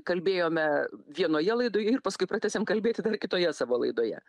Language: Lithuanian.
kalbėjome vienoje laidoje ir paskui pratęsėm kalbėti dar kitoje savo laidoje